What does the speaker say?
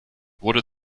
wurde